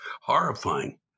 horrifying